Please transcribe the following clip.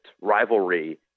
rivalry